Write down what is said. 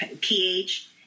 pH